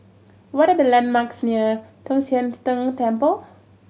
what are the landmarks near Tong Sian Tng Temple